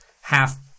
half –